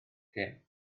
cyn